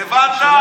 הבנת?